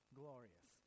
glorious